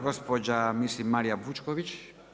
Gospođa mislim Marija Vučković.